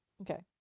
Okay